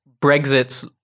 Brexit's